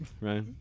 right